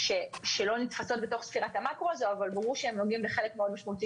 שלא נתפסות בתוך ספירת המקרו הזו אבל ברור שהן נוגעות בחלק משמעותי